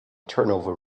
turnover